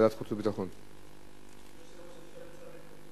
אפשר להוסיף אותי?